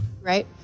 Right